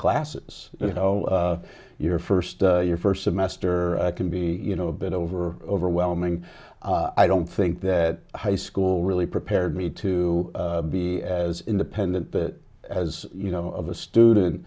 classes you know your first your first semester can be you know a bit over overwhelming i don't think that high school really prepared me to be as independent as you know of a student